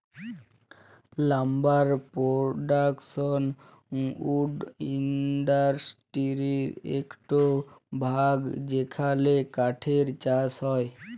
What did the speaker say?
lumber production উড ইন্ডাসটিরির একট ভাগ যেখালে কাঠের চাষ হয়